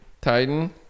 titan